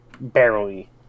Barely